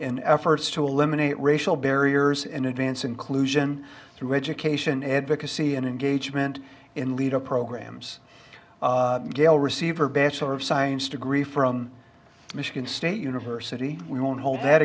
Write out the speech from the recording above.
in efforts to eliminate racial barriers in advance inclusion through education advocacy and engagement in leader programs gail received her bachelor of science degree from michigan state university we won't hold that